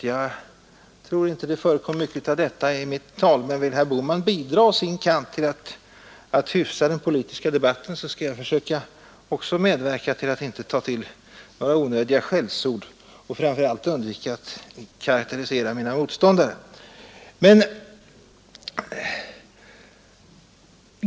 Jag tror inte det förekom mycket av detta i mitt tal, men vill herr Bohman på sin kant bidra till att den politiska debatten hyfsas skall jag försöka medverka genom att inte ta till onödiga skällsord och framför allt undvika att karakterisera mina motståndare.